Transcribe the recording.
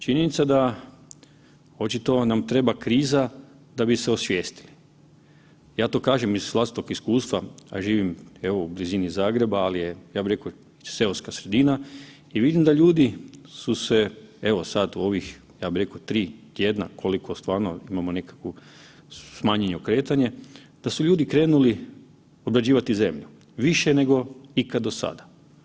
Činjenica da očito nam treba kriza da bi se osvijestili, ja to kažem iz vlastitog iskustva, a živim evo u blizini Zagreba, ali je ja bih rekao seoska sredina i vidim da ljudi su se evo sada ovih ja bih rekao tri tjedna koliko stvarno imamo nekako smanjeno kretanje da su ljudi krenuli obrađivati zemlju više nego ikad do sada.